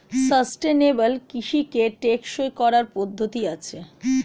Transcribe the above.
sustainable কৃষিকে টেকসই করার পদ্ধতি আছে